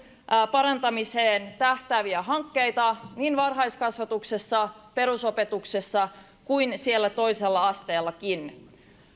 parantamiseen tähtääviä hankkeita niin varhaiskasvatuksessa perusopetuksessa kuin siellä toisella asteellakin